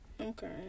Okay